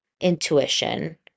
intuition